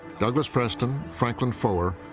douglas preston, franklin foer,